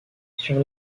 sur